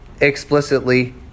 Explicitly